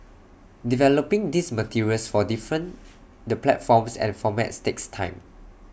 developing these materials for different the platforms and formats takes time